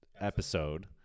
Episode